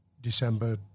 December